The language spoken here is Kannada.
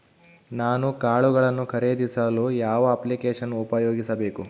ನಾನು ಕಾಳುಗಳನ್ನು ಖರೇದಿಸಲು ಯಾವ ಅಪ್ಲಿಕೇಶನ್ ಉಪಯೋಗಿಸಬೇಕು?